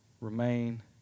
remain